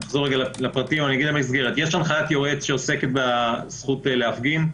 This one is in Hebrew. יש הנחיית יועץ שעוסקת בזכות להפגין.